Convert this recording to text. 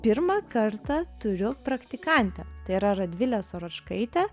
pirmą kartą turiu praktikantę tai yra radvilė saročkaitė